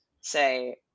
say